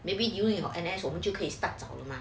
maybe during your N_S 我们就可以 start 了